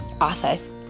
office